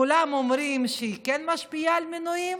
כולם אומרים שהיא כן משפיעה על מינויים,